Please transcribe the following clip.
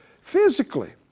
physically